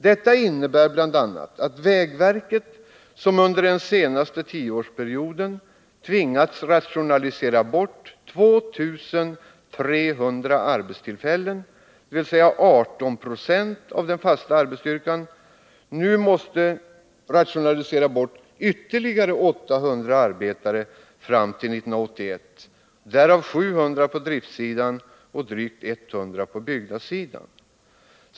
Detta innebär bl.a. att vägverket, som under den senaste tioårsperioden tvingats rationalisera bort 2 300 arbetstillfällen — 18 96 av den fasta arbetsstyrkan — nu måste rationalisera bort ytterligare 800 arbetare fram till 1981 — därav 700 på driftsidan och drygt 100 på byggnadssidan.